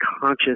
conscious